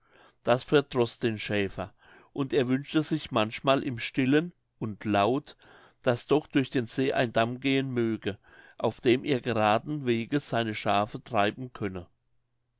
das verdroß den schäfer und er wünschte sich manchmal im stillen und laut daß doch durch den see ein damm gehen möge auf dem er geraden weges seine schaafe treiben könne